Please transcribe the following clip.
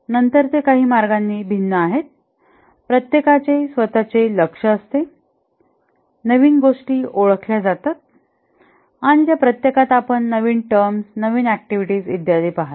परंतु नंतर ते काही मार्गांनी भिन्न आहेत प्रत्येकाचे स्वतःचे लक्ष असते नवीन गोष्टी ओळखल्या जातात त्या प्रत्येकात आपण नवीन टर्म्स नवीन ऍक्टिव्हिटी इत्यादी पहाल